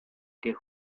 que